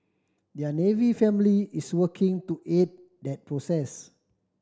their Navy family is working to aid that process